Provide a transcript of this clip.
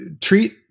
treat